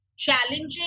Challenging